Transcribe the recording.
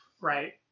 Right